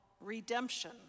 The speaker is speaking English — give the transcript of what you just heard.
redemption